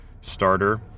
starter